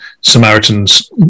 Samaritans